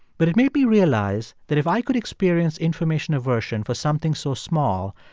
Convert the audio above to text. but it made me realize that if i could experience information aversion for something so small,